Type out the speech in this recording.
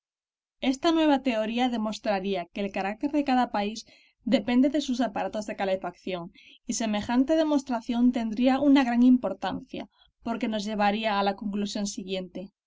esta nueva teoría demostraría que el carácter de cada país depende de sus aparatos de calefacción y semejante demostración tendría una gran importancia porque nos llevaría a la conclusión siguiente